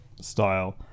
style